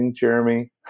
Jeremy